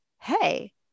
Hey